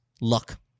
luck